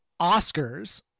Oscars